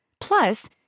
Plus